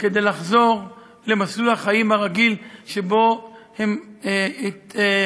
כדי לחזור למסלול החיים הרגיל, שבו הם נעו